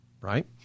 right